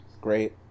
great